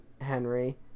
Henry